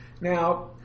Now